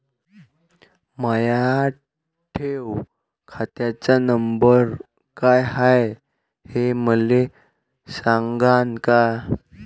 माया ठेव खात्याचा नंबर काय हाय हे मले सांगान का?